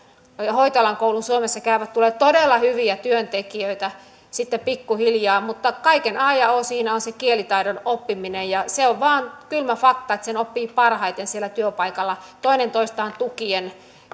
hoitoalan koulun suomessa käyvät tulee todella hyviä työntekijöitä sitten pikkuhiljaa mutta kaiken a ja o siinä on se kielitaidon oppiminen ja se on vain kylmä fakta että sen oppii parhaiten siellä työpaikalla toinen toistaan tukien